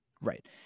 Right